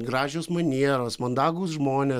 gražios manieros mandagūs žmonės